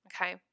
Okay